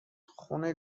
خون